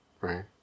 right